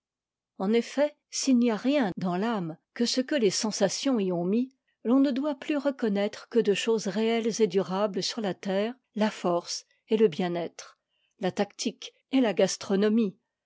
en effet s'il n'y a rien dans t'âme que ce que les sensations y ont mis on ne doit plus reconnaître que deux choses réelles et durables sur la terre la force et le bien-être la tactique et la gastronomie